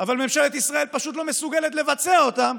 אבל ממשלת ישראל פשוט לא מסוגלת לבצע אותן,